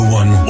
one